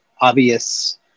obvious